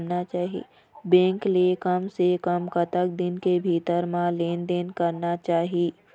Bank ले कम से कम कतक दिन के भीतर मा लेन देन करना चाही?